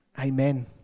amen